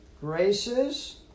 graces